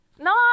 No